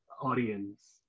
audience